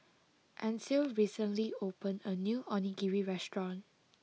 Ancil recently opened a new Onigiri restaurant